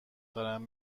دارم